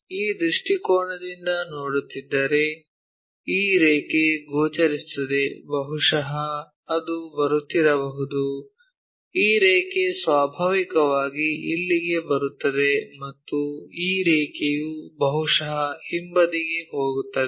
ಈ ದೃಷ್ಟಿಕೋನದಿಂದ ನೋಡುತ್ತಿದ್ದರೆ ಈ ರೇಖೆ ಗೋಚರಿಸುತ್ತದೆ ಬಹುಶಃ ಅದು ಬರುತ್ತಿರಬಹುದು ಈ ರೇಖೆ ಸ್ವಾಭಾವಿಕವಾಗಿ ಇಲ್ಲಿಗೆ ಬರುತ್ತದೆ ಮತ್ತು ಈ ರೇಖೆಯು ಬಹುಶಃ ಹಿಂಬದಿಗೆ ಹೋಗುತ್ತದೆ